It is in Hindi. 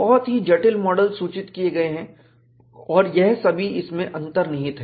बहुत ही जटिल मॉडल सूचित किए गए हैं और यह सभी इसमें अंतर्निहित हैं